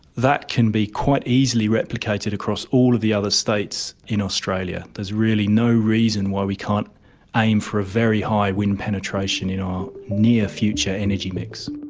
that can be quite easily replicated across all of the other states in australia. there's really no reason why we can't aim for a very high wind penetration in our near future energy mix.